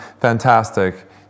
fantastic